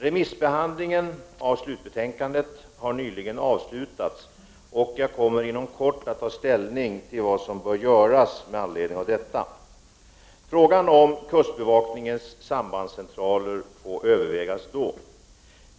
Remissbehandlingen av slutbetänkandet har nyligen avslutats, och jag kommer inom kort att ta ställning till vad som bör göras med anledning av detta. Frågan om kustbevakningens sambandscentraler får övervägas då.